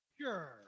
Sure